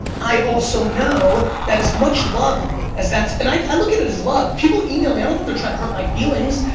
i also know that as much love as that and, i i look at that as love, people email me i don't think they're trying to hurt my feelings.